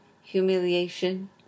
humiliation